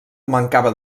mancava